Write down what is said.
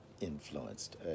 influenced